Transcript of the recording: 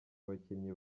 abakinnyi